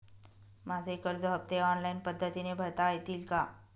माझे कर्ज हफ्ते ऑनलाईन पद्धतीने भरता येतील का?